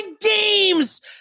games